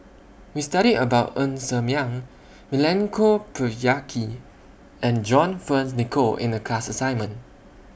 We studied about Ng Ser Miang Milenko Prvacki and John Fearns Nicoll in The class assignment